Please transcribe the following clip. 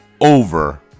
over